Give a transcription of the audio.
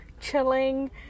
chilling